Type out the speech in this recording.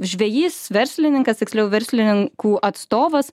žvejys verslininkas tiksliau verslininkų atstovas